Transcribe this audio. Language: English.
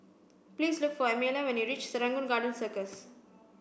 please look for Amelia when you reach Serangoon Garden Circus